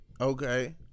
Okay